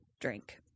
drink